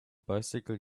bicycle